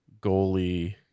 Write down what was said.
goalie